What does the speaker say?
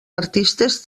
artistes